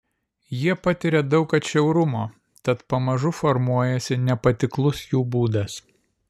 jie patiria daug atšiaurumo tad pamažu formuojasi nepatiklus jų būdas